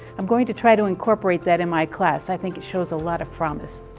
i'm going to try to incorporate that in my class. i think it shows a lot of promise.